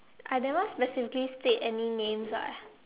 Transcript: I never specifically state any names [what]